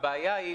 הבעיה היא,